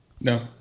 no